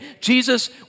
Jesus